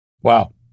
Wow